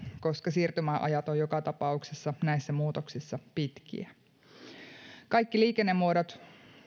koska siirtymäajat ovat joka tapauksessa näissä muutoksissa pitkiä on kyettävä huomioimaan kaikki liikennemuodot